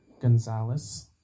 gonzalez